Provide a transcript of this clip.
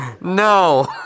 No